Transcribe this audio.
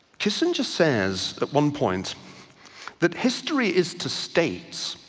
kissinger says at one point that history is to states